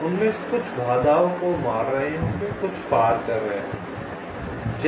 उनमें से कुछ बाधाओं को मार रहे होंगे और कुछ पार कर रहे होंगे